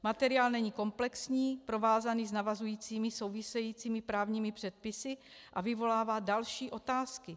Materiál není komplexní, provázaný s navazujícími, souvisejícími právními předpisy a vyvolává další otázky.